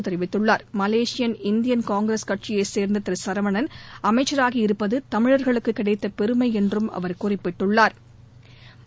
M சரவணனுக்கு திமுக தலைவர் Malaysian Indian Congress கட்சியைச் சேர்ந்த திரு சரவணன் அமைச்சராகியிருப்பது தமிழா்களுக்கு கிடைத்த பெருமை என்றும் அவா் குறிப்பிட்டுள்ளாா்